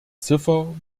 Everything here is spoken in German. ziffer